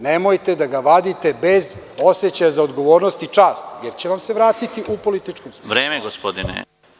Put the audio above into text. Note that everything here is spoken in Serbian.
Nemojte da ga vadite bez osećaja za odgovornost i čast, jer će vam se vratiti u političkom smislu.